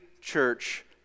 church